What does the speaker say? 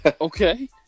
okay